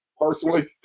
Personally